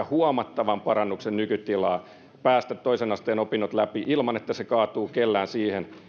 huomattavan parannuksen nykytilaan ja paremmat mahdollisuudet päästä toisen asteen opinnot läpi ilman että se kaatuu kellään siihen